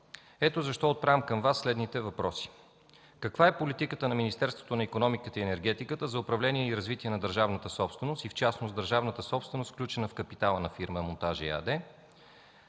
Ето затова задавам към Вас следните въпроси. Каква е политиката на Министерството на икономиката и енергетиката за управление и развитие на държавната собственост, в частност на държавната собственост, включена в капитала на фирма „Монтажи“ ЕАД?